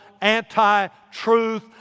anti-truth